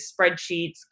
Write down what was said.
spreadsheets